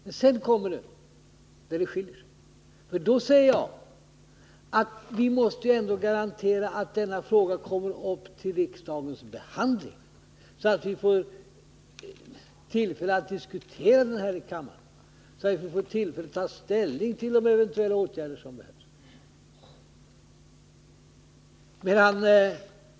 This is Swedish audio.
Men sedan kommer det där vi skiljer oss åt. Jag hävdar att vi ändå måste garantera att denna fråga kommer upp till riksdagens behandling så att vi får tillfälle att diskutera den här i kammaren och ta ställning till de eventuella åtgärder som behövs.